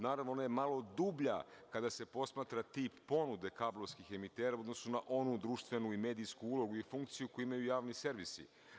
Naravno, ona je malo dublja kada se posmatra tip ponude kablovskih emitera u odnosu na onu društvenu i medijsku ulogu i funkciju koju imaju javni servisi.